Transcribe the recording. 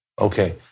okay